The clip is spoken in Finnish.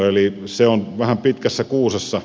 sekin asia on vähän pitkässä kuusessa